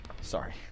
Sorry